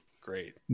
great